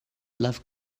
love